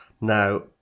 Now